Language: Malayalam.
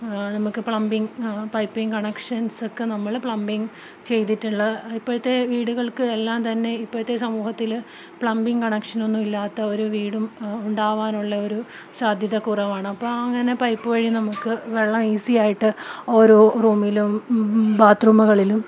നമുക്ക് പ്ലംബിംഗ് പൈപ്പിംഗ് കണക്ഷൻസൊക്കെ നമ്മള് പ്ലംബിങ് ചെയ്തിട്ടുള്ള ഇപ്പോഴത്തെ വീടുകൾക്കെല്ലാം തന്നെ ഇപ്പോഴത്തെ സമൂഹത്തില് പ്ലംബിംഗ് കണക്ഷനൊന്നുമില്ലാത്ത ഒരു വീടുമുണ്ടാകാനുള്ള ഒരു സാധ്യത കുറവാണ് അപ്പോള് അങ്ങനെ പൈപ്പ് വഴി നമുക്ക് വെള്ളം ഈസിയായിട്ട് ഓരോ റൂമിലും ബാത് റൂമുകളിലും